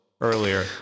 earlier